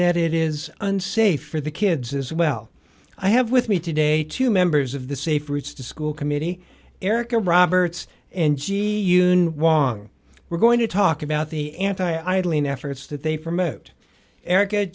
that it is unsafe for the kids as well i have with me today two members of the safe routes to school committee erica roberts and she won we're going to talk about the anti idling efforts that they promote erica